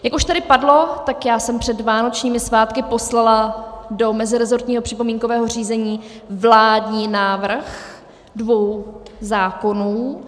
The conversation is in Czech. Jak už tady padlo, tak já jsem před vánočními svátky poslala do meziresortního připomínkového řízení vládní návrh dvou zákonů.